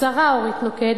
השרה אורית נוקד,